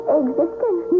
existence